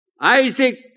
Isaac